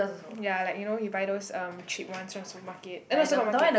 ya like you know you buy those um cheap ones from supermarket oh not supermarket